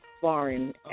foreign